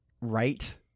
right